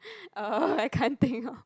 uh I can't think